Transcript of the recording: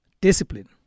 discipline